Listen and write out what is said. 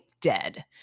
dead